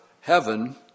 heaven